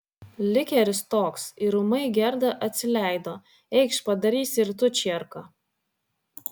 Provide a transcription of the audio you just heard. likeris toks ir ūmai gerda atsileido eikš padarysi ir tu čierką